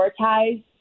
prioritize